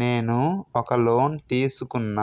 నేను ఒక లోన్ తీసుకున్న,